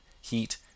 heat